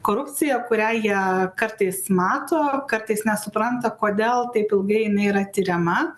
korupcija kurią jie kartais mato kartais nesupranta kodėl taip ilgai jinai yra tiriamama